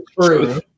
truth